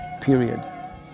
period